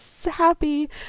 happy